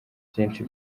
byinshi